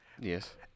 Yes